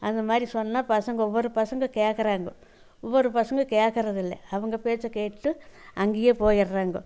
அது மாதிரி சொன்னா பசங்க ஒவ்வொரு பசங்க கேட்குறாங்க ஒவ்வொரு பசங்க கேட்குறதுல்ல அவங்க பேச்சை கேட்டு அங்கேயே போயிடுறாங்கோ